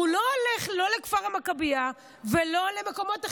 הוא לא הולך לא לכפר המכבייה ולא למקומות אחרים.